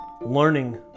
learning